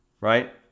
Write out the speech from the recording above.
Right